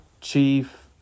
chief